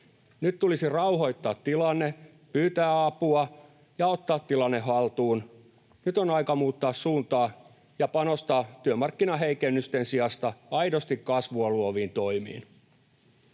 Nyt tulisi rauhoittaa tilanne, pyytää apua ja ottaa tilanne haltuun. Nyt on aika muuttaa suuntaa ja panostaa työmarkkinaheikennysten sijasta aidosti kasvua luoviin toimiin.